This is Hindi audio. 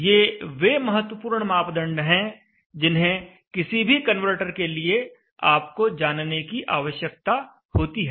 ये वे महत्वपूर्ण मापदंड है जिन्हें किसी भी कन्वर्टर के लिए आपको जानने की आवश्यकता होती है